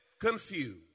confused